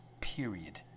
period